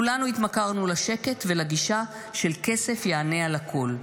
כולנו התמכרנו לשקט ולגישה של כסף יענה את הכול.